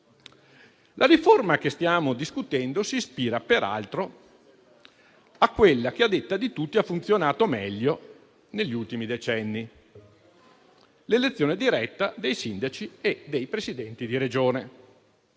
La riforma che stiamo discutendo si ispira peraltro a quella che, a detta di tutti, ha funzionato meglio negli ultimi decenni: l'elezione diretta dei sindaci e dei Presidenti di Regione.